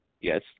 Yes